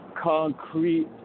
concrete